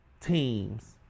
teams